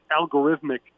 algorithmic